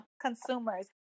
consumers